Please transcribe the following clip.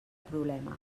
problema